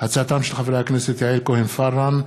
בהצעתם של חברי הכנסת יעל כהן-פארן,